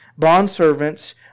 Bondservants